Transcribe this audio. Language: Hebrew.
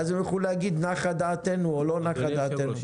ואז הם יוכלו להגיד: "נחה דעתנו" או "לא נחה דעתנו".